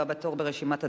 הבא בתור ברשימת הדוברים,